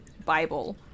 Bible